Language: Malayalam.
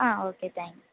ആ ഓക്കെ താങ്ക്സ്